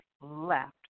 left